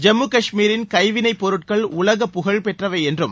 ஜம்மு கஷ்மீரின் கைவினைப்பொருட்கள் உலக புகழ் பெற்றவை என்றும்